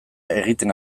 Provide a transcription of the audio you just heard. egiten